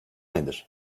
nedir